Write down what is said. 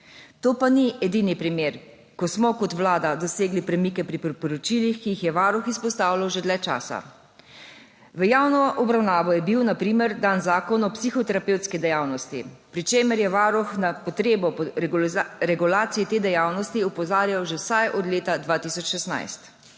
To pa ni edini primer, ko smo kot Vlada dosegli premike pri priporočilih, ki jih je Varuh izpostavljal že dlje časa. V javno obravnavo je bil na primer dan zakon o psihoterapevtski dejavnosti, pri čemer je Varuh na potrebo po regulaciji te dejavnosti opozarjal že vsaj od leta 2016.